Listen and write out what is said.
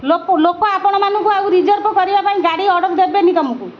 ଲୋକ ଲୋକ ଆପଣମାନଙ୍କୁ ଆଉ ରିଜର୍ଭ କରିବା ପାଇଁ ଗାଡ଼ି ଅର୍ଡ଼ର ଦେବେନି ତୁମକୁ